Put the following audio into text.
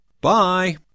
Bye